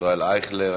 ישראל אייכלר.